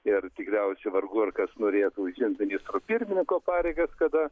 ir tikriausiai vargu ar kas norėtų užimt ministro pirmininko pareigas kada